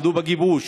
עמדו בגיבוש,